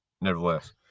nevertheless